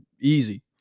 Easy